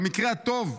במקרה הטוב,